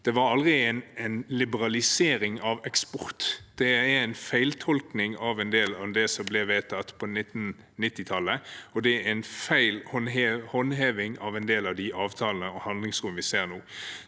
det var aldri en liberalisering av eksport. Det er en feiltolkning av en del av det som ble vedtatt på 1990-tallet, og det er feil håndheving av en del av de avtalene og det handlingsrommet vi ser nå.